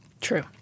True